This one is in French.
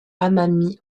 amami